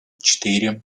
четыре